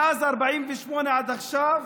מאז 48' עד עכשיו